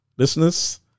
Listeners